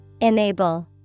Enable